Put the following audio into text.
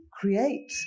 create